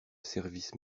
service